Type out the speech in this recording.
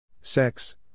Sex